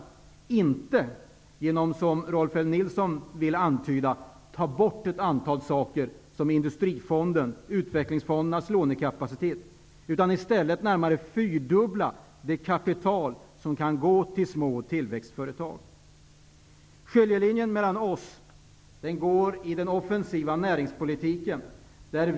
Detta sker inte genom att ta bort ett antal saker, vilket Rolf L Nilson försöker antyda, såsom Industrifonden och utvecklingsfondernas lånekapacitet. I stället görs närmast en fyrdubbling av det kapital som kan gå till små tillväxtföretag. Skiljelinjen mellan oss går i den offensiva näringspolitiken.